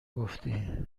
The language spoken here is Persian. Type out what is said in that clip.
گفتی